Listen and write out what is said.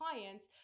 clients